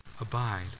abide